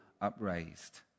upraised